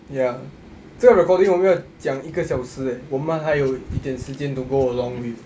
ya 这个 recording 我们要讲一个小时 eh 我们还有一点时间 to go along with